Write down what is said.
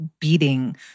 Beating